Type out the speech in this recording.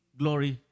glory